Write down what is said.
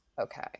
Okay